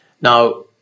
Now